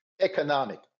Economic